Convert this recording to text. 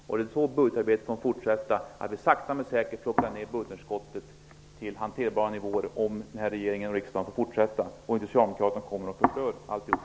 Så kommer budgetarbetet att fortsätta: Sakta men säkert kommer vi att plocka ned budgetunderskottet till en hanterbar nivå -- om den här regeringen får fortsätta och inte Socialdemokraterna kommer och förstör alltihop.